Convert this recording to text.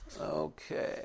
Okay